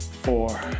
four